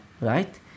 right